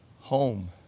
Home